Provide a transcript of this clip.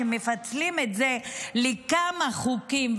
שעומד בראש ממשלת ישראל,